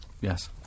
Yes